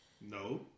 no